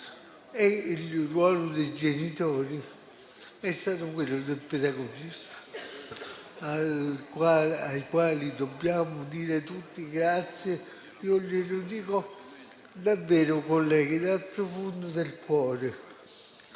il ruolo dei genitori è stato il pedagogista. Ad essi dobbiamo dire tutti grazie. Io lo dico loro davvero, colleghi, dal profondo del cuore.